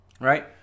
right